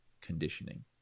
conditioning